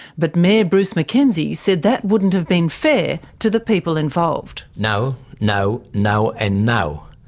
but mayor bruce mackenzie said that wouldn't have been fair to the people involved. no, no, no, and no,